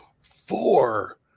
four